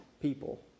people